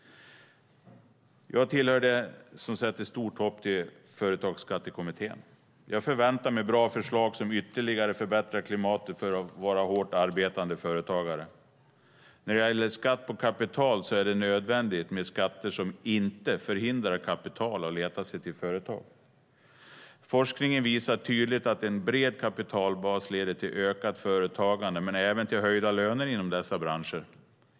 Jag tillhör dem som sätter stort hopp till Företagsskattekommittén. Jag förväntar mig bra förslag som ytterligare förbättrar klimatet för våra hårt arbetande företagare. När det gäller skatt på kapital är det nödvändigt med skatter som inte förhindrar kapital att leta sig till företag. Forskningen visar tydligt att en bred kapitalbas leder till ökat företagande men även till höjda löner inom dessa branscher.